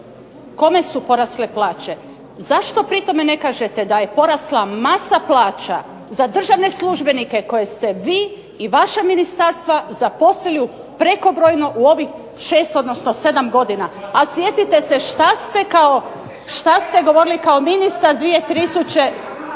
kome su porasle plaće? Zašto pri tome ne kažete da je porasla masa plaća za državne službenike koje ste vi i vaša ministarstva zaposlili prekobrojno u ovih 6, odnosno 7 godina? A sjetite se što ste govorili kao ministar 2004.